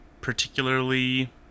particularly